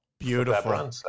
Beautiful